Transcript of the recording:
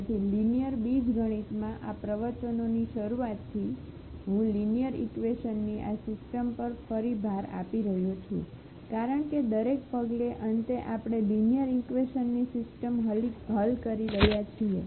તેથી લિનિયર બીજગણિતમાં આ પ્રવચનોની શરૂઆતથી હું લિનિયર ઈકવેશનની આ સિસ્ટમ પર ફરી ફરીભાર આપી રહ્યો છું કારણ કે દરેક પગલે અંતે આપણે લિનિયર ઈકવેશનની સિસ્ટમ હલ કરી રહ્યા છીએ